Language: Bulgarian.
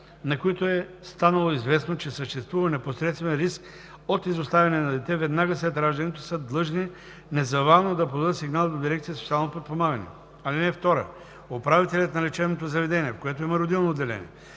на които е станало известно, че съществува непосредствен риск от изоставяне на дете веднага след раждането, са длъжни незабавно да подадат сигнал до дирекция „Социално подпомагане“. (2) Управителят на лечебното заведение, в което има родилно отделение,